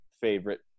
favorite